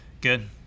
good